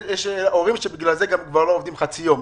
יש הורים שבגלל זה כבר לא עובדים חצי יום.